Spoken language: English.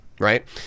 Right